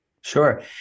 Sure